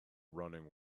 running